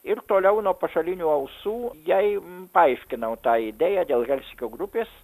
ir toliau nuo pašalinių ausų jai paaiškinau tą idėją dėl helsinkio grupės